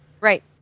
Right